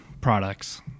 products